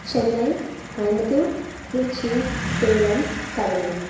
Chennai Coimbatore Tiruchi Salem Cuddalore